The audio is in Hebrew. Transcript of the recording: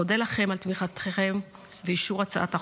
אודה לכם על תמיכתם ואישור הצעת החוק.